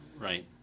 right